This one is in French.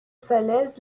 falaises